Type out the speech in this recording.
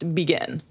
begin